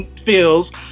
feels